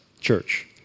church